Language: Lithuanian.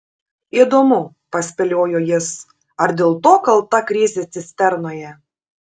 įdomu paspėliojo jis ar dėl to kalta krizė cisternoje